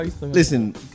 Listen